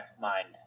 mind